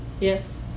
Yes